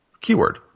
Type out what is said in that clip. keyword